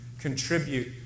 contribute